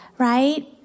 Right